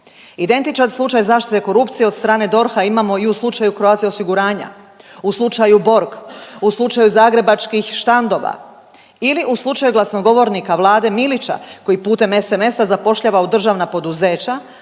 Identičan slučaj zaštite korupcije od strane DORH-a imamo i u slučaju Croatia osiguranja, u slučaju Borg, u slučaju zagrebačkih štandova ili u slučaju glasnogovornika Vlade Milića koji putem sms-a zapošljava u državna,